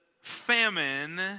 Famine